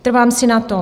Trvám si na tom.